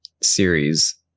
series